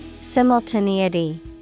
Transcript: Simultaneity